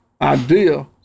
idea